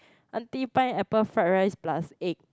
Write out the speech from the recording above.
aunty pineapple fried rice plus egg